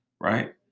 right